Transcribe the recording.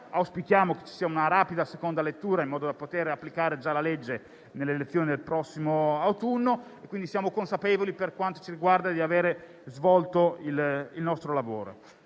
Auspichiamo che ci sia una rapida seconda lettura, in modo da poter applicare la legge già nelle elezioni del prossimo autunno. Siamo consapevoli, per quanto ci riguarda, di aver svolto il nostro lavoro.